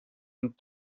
und